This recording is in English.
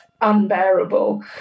unbearable